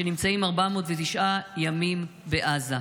שנמצאים 409 ימים בעזה.